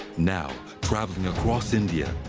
now, traveling across india,